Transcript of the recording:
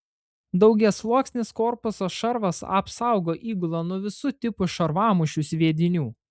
daugiasluoksnis korpuso šarvas apsaugo įgulą nuo visų tipų šarvamušių sviedinių